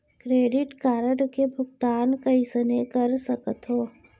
Credit card के भुगतान कईसने कर सकथो?